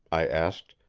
i asked,